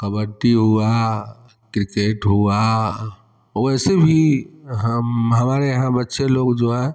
कबड्डी हुआ क्रिकेट हुआ वैसे भी हम हमारे यहाँ बच्चे लोग जो हैं